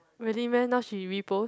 really meh now she repost